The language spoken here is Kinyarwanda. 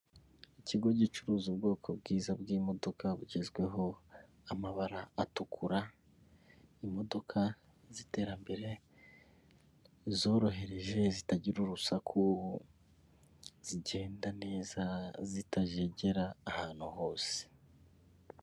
Ikigo gicuruza ubwoko bwiza bw'imodoka bugezweho amabara atukura, imodoka ziterambere zorohereje zitagira urusaku zigenda neza zitajegera ahantu hose.